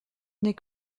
nez